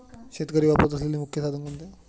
शेतकरी वापरत असलेले मुख्य साधन कोणते?